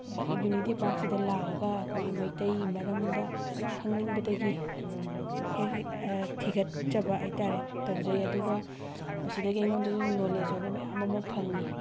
unity ꯄꯥꯔꯛꯁꯤꯗ ꯂꯥꯛꯑꯒ ꯑꯩꯈꯣꯏꯒꯤ ꯃꯩꯇꯩꯒꯤ ꯃꯔꯝꯗ ꯈꯪꯅꯤꯡꯕꯗꯒꯤ ꯍꯦꯛ ꯍꯦꯛ ꯊꯤꯒꯠꯆꯕ ꯍꯥꯏꯇꯥꯔꯦ ꯇꯧꯖꯩ ꯑꯗꯨꯒ ꯃꯁꯤꯗꯒꯤ ꯑꯩꯉꯣꯟꯗꯁꯨ ꯅꯧꯂꯦꯖ ꯑꯣꯏꯕ ꯃꯌꯥꯝ ꯑꯃ ꯐꯪꯉꯤ